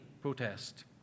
protest